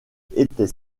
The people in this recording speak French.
était